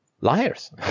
liars